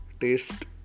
taste